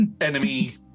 enemy